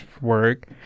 work